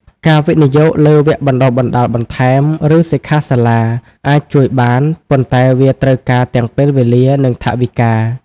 ការវិនិយោគលើវគ្គបណ្តុះបណ្តាលបន្ថែម ឬសិក្ខាសាលាអាចជួយបាន ប៉ុន្តែវាត្រូវការទាំងពេលវេលា និងថវិកា។